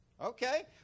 Okay